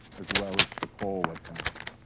as well as the cole attack.